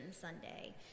Sunday